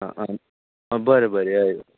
आं बरें बरें यो यो